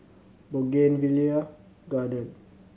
Bougainvillea Garden